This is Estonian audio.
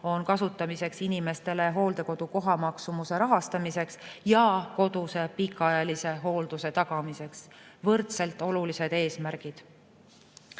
on mõeldud inimeste hooldekodukoha maksumuse rahastamiseks ja koduse pikaajalise hoolduse tagamiseks – võrdselt olulised eesmärgid.